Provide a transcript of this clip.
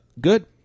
good